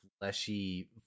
fleshy